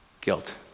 Guilt